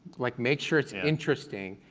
like make sure it's interesting.